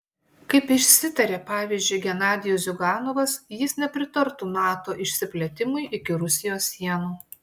kaip išsitarė pavyzdžiui genadijus ziuganovas jis nepritartų nato išsiplėtimui iki rusijos sienų